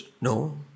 No